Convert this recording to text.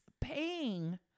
paying